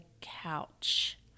couch